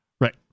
Right